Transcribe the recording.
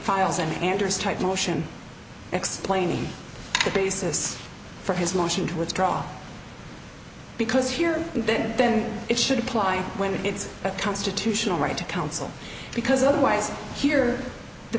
in anders type motion explain the basis for his motion to withdraw because here then then it should apply when it's a constitutional right to counsel because otherwise here the